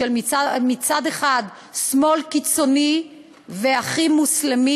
מצד אחד שמאל קיצוני ואחים מוסלמים,